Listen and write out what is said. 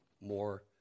more